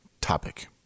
topic